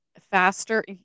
faster